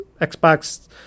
Xbox